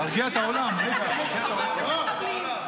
למה אתה מנחם משפחות של מחבלים?